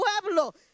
pueblo